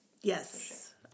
Yes